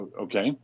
okay